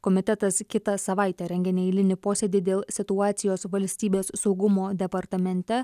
komitetas kitą savaitę rengia neeilinį posėdį dėl situacijos valstybės saugumo departamente